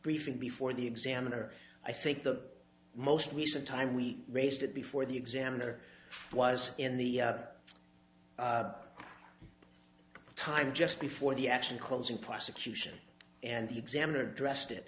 briefing before the examiner i think the most recent time we raced it before the examiner was in the time just before the action closing prosecution and the examiner addressed it